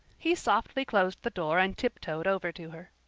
he softly closed the door and tiptoed over to her.